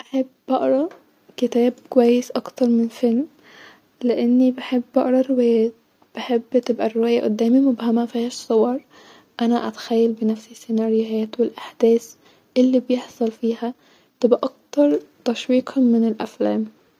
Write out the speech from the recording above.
احب اقرا كتاب كويس اكتر من فلم-لاني بحب اقرا روايات-احب تبقي الروايه قدامي مبهمه مفيهاش صور-انا اتخيل بنفسي سيناريوهات-احداث-الي بيحصل فيها-تبقي اكتر تشويقا من الافلام